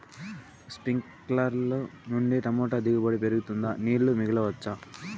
స్ప్రింక్లర్లు నుండి టమోటా దిగుబడి పెరుగుతుందా? నీళ్లు మిగిలించవచ్చా?